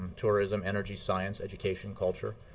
tourism, energy, science, education, culture,